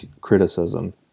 criticism